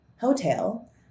hotel